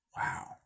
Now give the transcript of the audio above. Wow